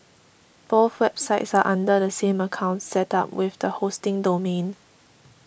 both websites are under the same account set up with the hosting domain